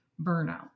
burnout